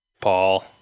Paul